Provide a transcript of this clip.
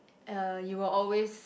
uh you will always